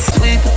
Sweet